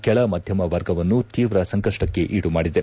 ಕೆಳ ಮಧ್ಯಮ ವರ್ಗವನ್ನು ತೀವ್ರ ಸಂಕಷ್ಪಕ್ಷೀಡು ಮಾಡಿದೆ